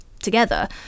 together